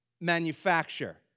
manufacture